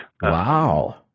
Wow